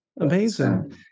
amazing